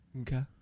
Okay